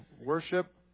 worship